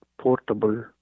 portable